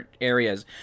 areas